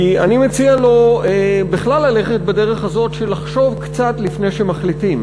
כי אני מציע לו בכלל ללכת בדרך הזאת של לחשוב קצת לפני שמחליטים.